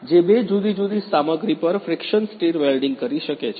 જે બે જુદી જુદી સામગ્રી પર ફ્રિકશન સ્ટીર વેલ્ડીંગ કરી શકે છે